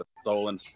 stolen